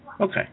Okay